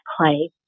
play